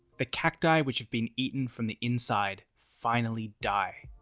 the cacti which have been eaten from the inside finally die.